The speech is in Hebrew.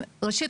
ראשית,